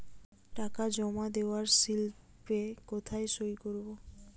টাকা জমা দেওয়ার স্লিপে কোথায় সই করব?